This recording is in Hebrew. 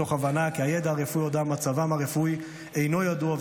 מתוך הבנה כי הידע הרפואי על אודות מצבם הרפואי אינו ידוע,